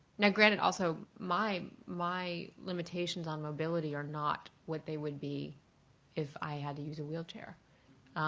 now, granted, also, my my limitations on mobility are not what they would be if i had to use a wheelchair.